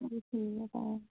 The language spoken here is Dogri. ठीक ऐ